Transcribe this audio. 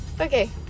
Okay